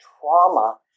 trauma